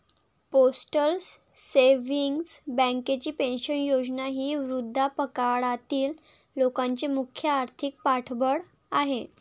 postal savings बँकेची pension योजना ही वृद्धापकाळातील लोकांचे मुख्य आर्थिक पाठबळ आहे